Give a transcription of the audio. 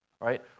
right